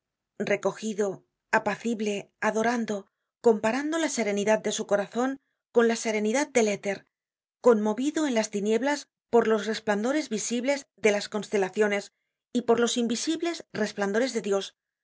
recogido apacible adorando comparando la serenidad de su corazon con la serenidad del éter conmovido en las tinieblas por los resplandores visibles de las constelaciones y por los invisibles resplandores de dios